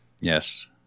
Yes